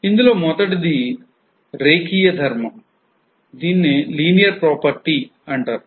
ఇందులో మొదటిది రేఖీయ ధర్మం